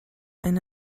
end